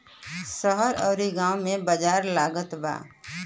शहर अउरी गांव में बाजार लागत बाटे